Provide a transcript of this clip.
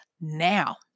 now